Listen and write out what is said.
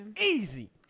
easy